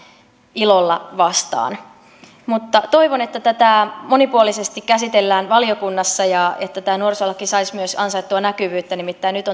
ilolla vastaan toivon että tätä monipuolisesti käsitellään valiokunnassa ja että tämä nuorisolaki saisi myös ansaittua näkyvyyttä nimittäin nyt